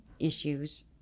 issues